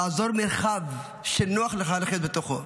לעזוב מרחב שנוח לך לחיות בתוכו,